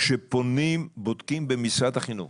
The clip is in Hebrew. כשבודקים במשרד החינוך